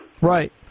Right